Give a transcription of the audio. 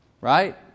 right